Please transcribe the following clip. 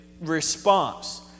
response